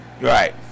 Right